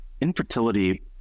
infertility